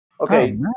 Okay